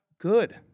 good